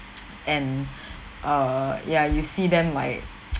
and err ya you see them like